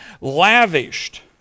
Lavished